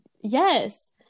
Yes